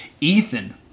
Ethan